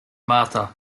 martha